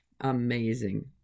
amazing